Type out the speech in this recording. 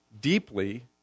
deeply